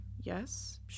Yes